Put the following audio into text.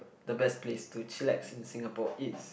the best place to chillax in Singapore is